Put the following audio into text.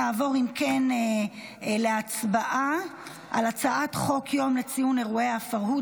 נעבור אם כן להצבעה על הצעת חוק יום לציון אירועי הפרהוד,